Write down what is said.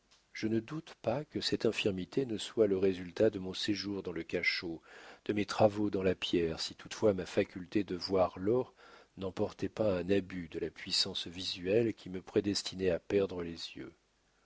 je ne doute pas que cette infirmité ne soit le résultat de mon séjour dans le cachot de mes travaux dans la pierre si toutefois ma faculté de voir l'or n'emportait pas un abus de la puissance visuelle qui me prédestinait à perdre les yeux